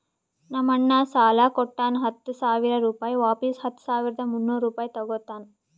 ನಮ್ ಅಣ್ಣಾ ಸಾಲಾ ಕೊಟ್ಟಾನ ಹತ್ತ ಸಾವಿರ ರುಪಾಯಿ ವಾಪಿಸ್ ಹತ್ತ ಸಾವಿರದ ಮುನ್ನೂರ್ ರುಪಾಯಿ ತಗೋತ್ತಾನ್